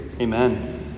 amen